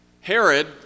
Herod